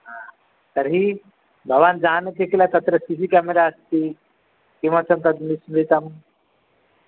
हा तर्हि भवान् जानाति किल तत्र सि सि केमेरा अस्ति किमर्थं तद् विस्मृतं